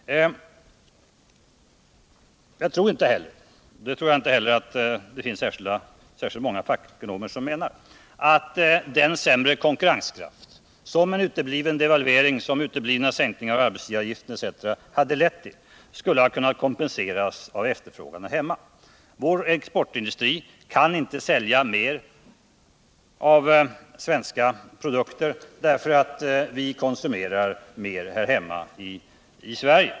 Jag tror inte heller att den sämre konkurrenskraft, som en utebliven devalvering, uteblivna sänkningar av arbetsgivaravgiften etc. hade lett till, skulle ha kunnat kompenseras av efterfrågan här hemma. Jag tror inte att det finns särskilt många fackekonomer som menar att så varit fallet.